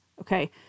Okay